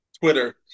Twitter